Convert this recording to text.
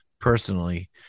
personally